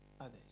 Others